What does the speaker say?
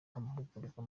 amahugurwa